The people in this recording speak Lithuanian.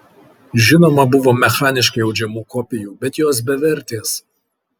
žinoma buvo mechaniškai audžiamų kopijų bet jos bevertės